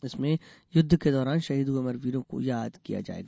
इसमें युद्ध के दौरान शहीद हुए अमरवीरों को याद किया जायेगा